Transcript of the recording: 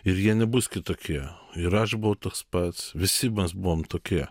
ir jie nebus kitokie ir aš buvau toks pats visi mes buvom tokie